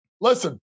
Listen